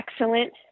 excellent